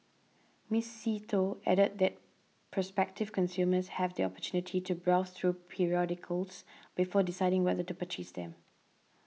Miss See Tho added that prospective consumers have the opportunity to browse through periodicals before deciding whether to purchase them